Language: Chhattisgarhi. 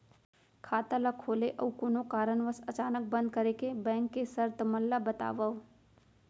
खाता ला खोले अऊ कोनो कारनवश अचानक बंद करे के, बैंक के शर्त मन ला बतावव